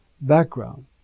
background